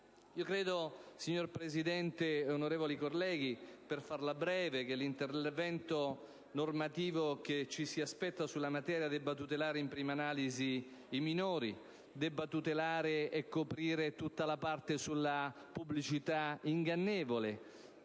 Signor Presidente, onorevoli colleghi, per farla breve, l'intervento normativo che ci si aspetta sulla materia penso debba tutelare in prima analisi i minori, coprire tutta la parte sulla pubblicità ingannevole,